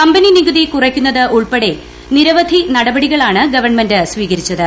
company നികുതി കുറയ്ക്കുന്നത് ഉൾപ്പെടെ നിരവധി നടപടികളാണ് ഗവൺമെന്റ് സ്വീകരിച്ചത്